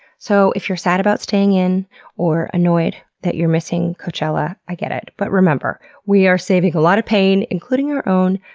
so if you're sad about staying in or annoyed that you're missing coachella, i get it. but remember we are saving a lot of pain, including our own,